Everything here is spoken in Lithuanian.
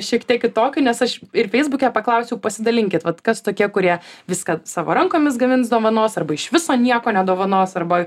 šiek tiek kitokiu nes aš ir feisbuke paklausiau pasidalinkit vat kas tokie kurie viską savo rankomis gamins dovanos arba iš viso nieko nedovanos arba